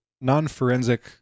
non-forensic